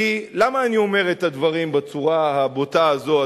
למה אני אומר את הדברים בצורה הבוטה הזאת,